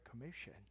Commission